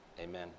Amen